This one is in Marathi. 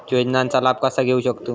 योजनांचा लाभ कसा घेऊ शकतू?